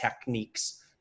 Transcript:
techniques